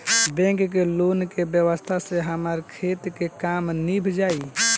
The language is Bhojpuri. बैंक के लोन के व्यवस्था से हमार खेती के काम नीभ जाई